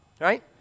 right